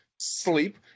sleep